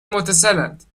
متصلاند